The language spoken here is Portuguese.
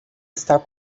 está